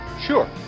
Sure